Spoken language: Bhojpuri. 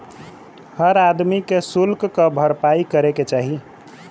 हर आदमी के सुल्क क भरपाई करे के चाही